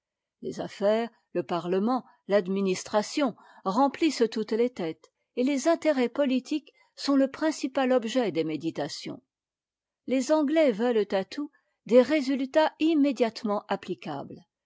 les affaires le parlement l'administration remplissent toutes les têtes et les intérêts politiques sont le principal objet des méditations les anglais veulent à tout des résultats immédiatement applicables